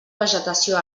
vegetació